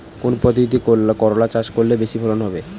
কোন পদ্ধতিতে করলা চাষ করলে বেশি ফলন হবে?